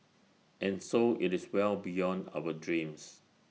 and so IT is well beyond our dreams